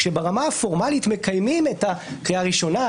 כשברמה הפורמלית מקיימים את הקריאה הראשונה,